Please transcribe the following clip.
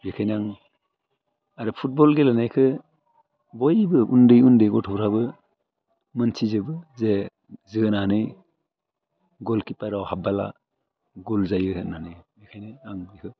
बेखायनो आं आरो फुटबल गेलेनायखौ बयबो उन्दै उन्दै गथ'फ्राबो मिन्थिजोबो जे जोनानै ग'लकिपाराव हाबोब्ला ग'ल जायो होननानै बेखायनो आं बेखौ